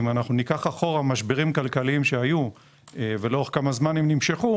אם ניקח אחורה משברים כלכליים שהיו ולאורך כמה זמן הם נמשכו